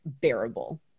bearable